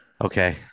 Okay